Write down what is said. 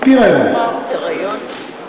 פירָיון.